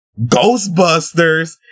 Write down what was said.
Ghostbusters